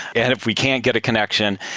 and if we can't get a connection,